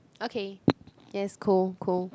okay yes cool cool